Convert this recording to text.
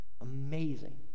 Amazing